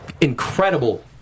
incredible